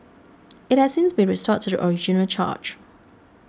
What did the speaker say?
it has since been restored to the original charge